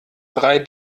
drei